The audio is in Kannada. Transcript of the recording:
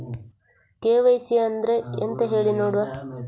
ಕೆ.ವೈ.ಸಿ ಅಂದ್ರೆ ಎಂತ ಹೇಳಿ ನೋಡುವ?